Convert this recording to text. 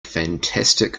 fantastic